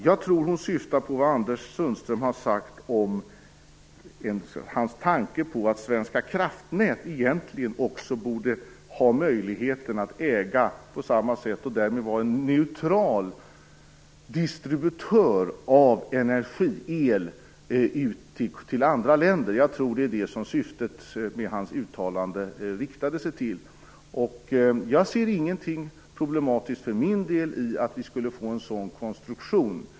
Jag tror hon syftar på det Anders Sundström har sagt om att Svenska Kraftnät egentligen också borde ha möjlighet att äga och därmed vara en neutral distributör av el till andra länder. Jag tror att det är det som hans uttalande syftade på. Jag ser för min del inget problematiskt i en sådan konstruktion.